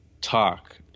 talk